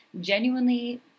genuinely